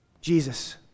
Jesus